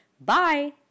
Bye